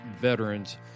veterans